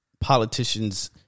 politicians